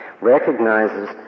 recognizes